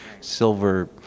Silver